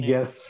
Yes